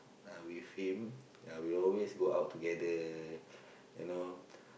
uh with him ya we always go out together you know